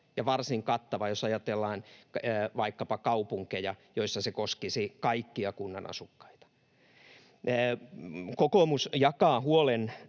ja varsin kattava, jos ajatellaan vaikkapa kaupunkeja, joissa se koskisi kaikkia kunnan asukkaita. Kokoomus jakaa huolen